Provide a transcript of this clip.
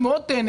היא מאוד תהנה